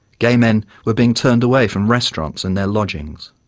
gay men were being turned away from restaurants and their lodgings.